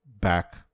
Back